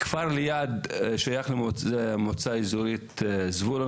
כפר ליד שייך למועצה אזורית זבולון,